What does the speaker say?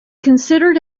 considered